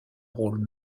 rôle